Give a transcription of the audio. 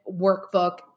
workbook